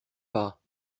pas